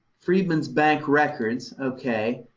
freedmen's bank records, ok.